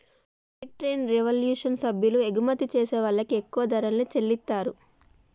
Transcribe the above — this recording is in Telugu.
ఫెయిర్ ట్రేడ్ రెవల్యుషన్ సభ్యులు ఎగుమతి జేసే వాళ్ళకి ఎక్కువ ధరల్ని చెల్లిత్తారు